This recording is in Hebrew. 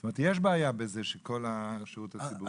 זאת אומרת יש בעיה בזה שכל השירות הציבורי הולך לפי הנציבות.